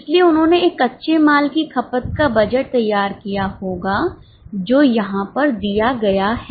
इसलिए उन्होंने एक कच्चे माल की खपत का बजट तैयार किया होगा जो यहाँ पर दिया गया है